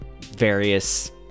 various